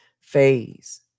phase